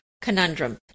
conundrum